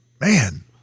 man